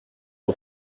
ont